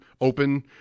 open